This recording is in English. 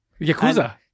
Yakuza